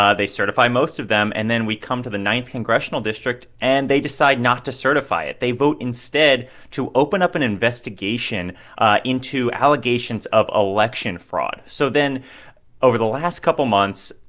ah they certify most of them. and then we come to the ninth congressional district, and they decide not to certify it. they vote instead to open up an investigation into allegations of election fraud. so then over the last couple months,